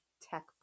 tech